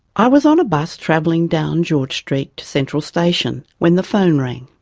i was on a bus travelling down george street to central station when the phone rang.